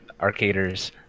arcaders